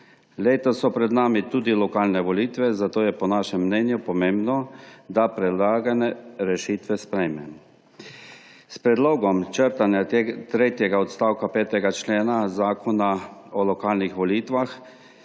Letos so pred nami tudi lokalne volitve, zato je po našem mnenju pomembno, da predlagane rešitve sprejmemo. S predlogom črtanja tretjega odstavka 5. člena Zakona o lokalnih volitvah